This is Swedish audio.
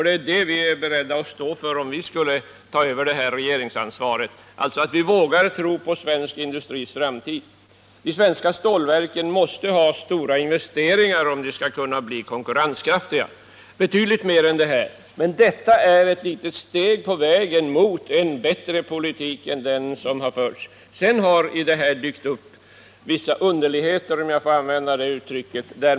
Det är det som vi är beredda att genomdriva om vi skulle ta över regeringsansvaret. Vi vågar tro på svensk industris framtid. De svenska stålverken måste ha stora investeringar om de skall kunna bli konkurrenskraftiga — betydligt större än de som nu föreslås. Men detta är ett litet steg på vägen mot en bättre politik än den som har förts. Sedan har här dykt upp vissa underligheter, om jag får använda det uttrycket.